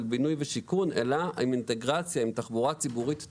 בינוי ושיכון אלא עם אינטגרציה עם תחבורה ציבורית טובה.